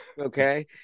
Okay